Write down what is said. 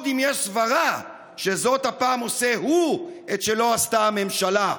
אם יש סברה שזאת הפעם / עושה הוא את שלא עשתה הממשלה".